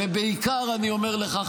ובעיקר אני אומר לך,